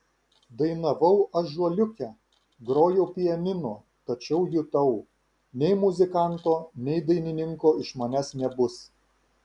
dainavau ąžuoliuke grojau pianinu tačiau jutau nei muzikanto nei dainininko iš manęs nebus